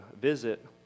visit